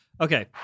Okay